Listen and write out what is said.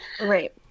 Right